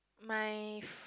my